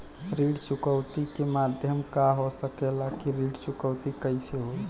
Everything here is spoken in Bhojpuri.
ऋण चुकौती के माध्यम का हो सकेला कि ऋण चुकौती कईसे होई?